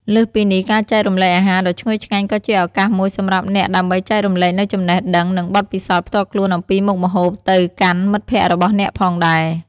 លើសពីនេះ ការចែករំលែកអាហារដ៏ឈ្ងុយឆ្ងាញ់ក៏ជាឱកាសមួយសម្រាប់អ្នកដើម្បីចែករំលែកនូវចំណេះដឹងនិងបទពិសោធន៍ផ្ទាល់ខ្លួនអំពីមុខម្ហូបទៅកាន់មិត្តភក្តិរបស់អ្នកផងដែរ។